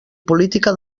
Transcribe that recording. política